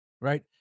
right